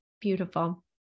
beautiful